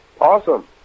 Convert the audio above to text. Awesome